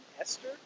Esther